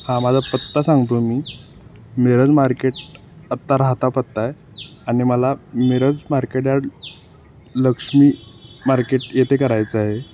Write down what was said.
हा माझा पत्ता सांगतो मी मिरज मार्केट आत्ता राहता पत्ता आहे आणि मला Miraj market yard Laxmi market येथे करायचं आहे